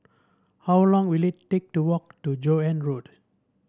how long will it take to walk to Joan Road